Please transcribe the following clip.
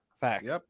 Facts